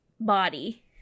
body